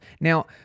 now